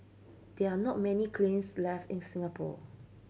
there're not many kilns left in Singapore